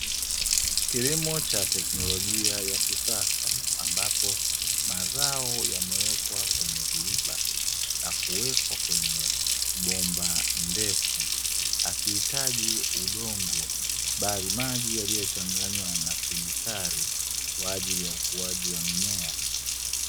Kilimo cha teknolojia ya kisasa ambapo mazao yamewekwa kwenye viriba na kuwekwa kwenye bomba ndefu, yakihitaji udongo bali maji yaliyochanganywa na kemikali kwa ajili ya ukuaji wa mimea.